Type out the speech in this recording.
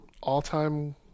all-time